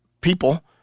people